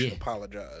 Apologize